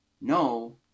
no